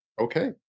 Okay